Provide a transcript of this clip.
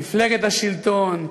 מפלגת השלטון,